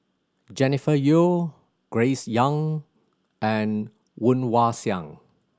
Jennifer Yeo Grace Young and Woon Wah Siang